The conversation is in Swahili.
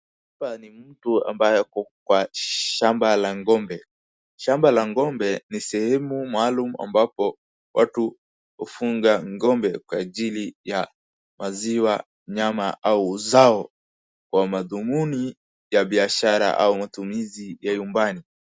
Hapa ni mtu ambayo ako kwa shamba la ng'ombe. Shamba la ng'ombe ni sehemu maalum ambapo watu hufunga ng'ombe kwa ajili ya maziwa, nyama au zao kwa madhumuni ya biashara au matumizi ya nyumbani.